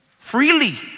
freely